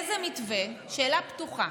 שאלה פתוחה: